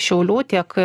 šiaulių tiek